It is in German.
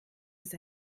ist